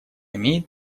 имеет